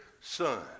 son